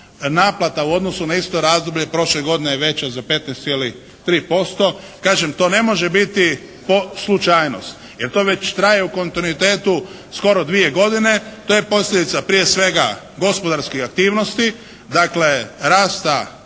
naplata u odnosu na isto razdoblje prošle godine je veća za 15,3%. Kažem to ne može biti slučajnost jer to već traje u kontinuitetu skoro dvije godine. To je posljedica prije svega gospodarskih aktivnosti. Dakle rasta